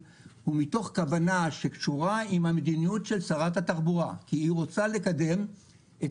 הוא מתוך כוונה שקשורה במדיניות של שרת התחבורה; כי היא רוצה לקדם את